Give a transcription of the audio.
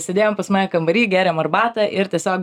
sėdėjom pas mane kambary gerėm arbatą ir tiesiog